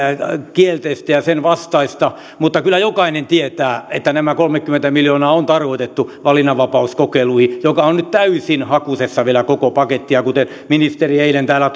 kielteistä ja sen vastaista mutta kyllä jokainen tietää että nämä kolmekymmentä miljoonaa on tarkoitettu valinnanvapauskokeiluihin mikä on nyt täysin hakusessa vielä koko paketti ja kuten ministeri eilen täällä